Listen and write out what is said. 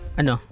ano